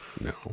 no